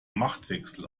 machtwechsel